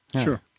Sure